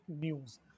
news